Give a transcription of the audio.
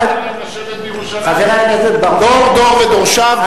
לשבת בירושלים, דור דור ודורשיו.